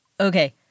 Okay